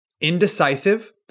indecisive